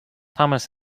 thomas